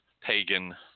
pagan